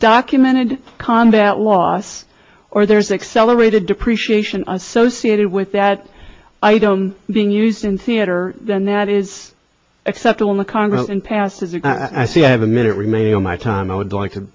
documented combat loss or there's accelerated depreciation associated with that i don't being used in theater then that is acceptable in the congress passes it i think i have a minute remaining on my time i would like to